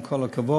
עם כל הכבוד,